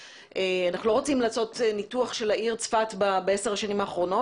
אנחנו לא רוצים לעשות ניתוח של העיר צפת ב-10 השנים האחרונות